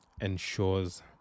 ensures